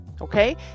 Okay